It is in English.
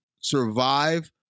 survive